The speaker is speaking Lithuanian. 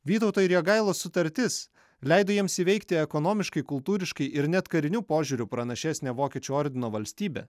vytauto ir jogailos sutartis leido jiems įveikti ekonomiškai kultūriškai ir net kariniu požiūriu pranašesnę vokiečių ordino valstybę